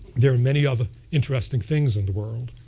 there are many other interesting things in the world.